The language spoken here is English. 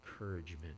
encouragement